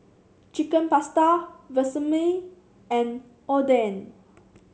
Chicken Pasta Vermicelli and Oden